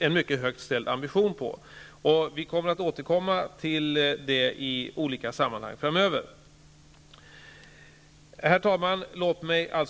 en mycket högt ställd ambition på att åtgärda dem. Vi kommer i olika sammanhang framöver att återkomma till detta. Herr talman!